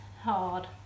hard